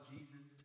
Jesus